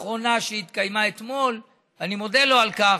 האחרונה שהתקיימה אתמול, ואני מודה לו על כך.